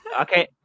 Okay